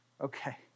Okay